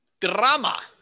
drama